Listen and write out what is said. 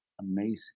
amazing